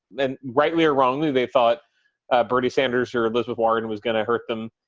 and rightly or wrongly, they thought ah bernie sanders or elizabeth warren was going to hurt them.